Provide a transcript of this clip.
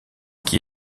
qui